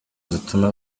zituma